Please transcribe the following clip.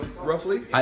roughly